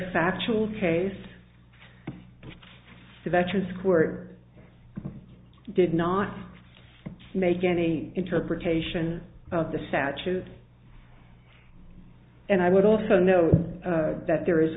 factual case the veterans court did not make any interpretation of the statute and i would also know that there is